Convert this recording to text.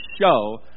show